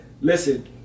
Listen